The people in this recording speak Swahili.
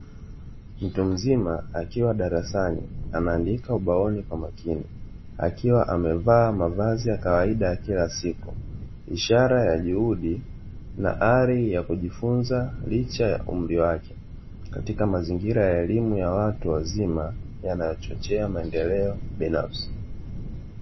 Mtu mzima akiwa darasani anaandika ubaoni kwa makini. Akiwa amevaa mavazi ya kawaida ya kila siku, ishara ya juhudi na ari ya kujifunza licha ya umri wake katika mazingira ya elimu ya watu wazima yanayochochea maendeleo binafsi.